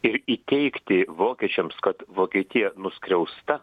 ir įteigti vokiečiams kad vokietija nuskriausta